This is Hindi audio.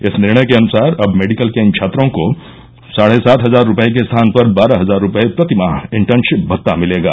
इस निर्णय के अनुसार अब मेडिकल के इन छात्रों को साढे सात हजार रूपये के स्थान पर बारह हजार रूपये प्रतिमाह इंटर्नशिप भत्ता मिलेगा